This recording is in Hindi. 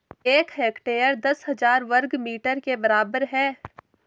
एक हेक्टेयर दस हजार वर्ग मीटर के बराबर है